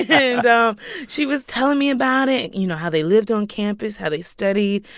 yeah and she was telling me about it you know, how they lived on campus, how they studied,